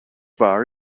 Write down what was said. bar